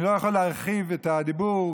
אני לא יכול להרחיב את הדיבור,